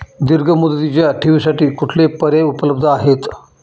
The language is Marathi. दीर्घ मुदतीच्या ठेवींसाठी कुठले पर्याय उपलब्ध आहेत?